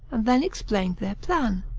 and then explained their plan.